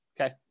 okay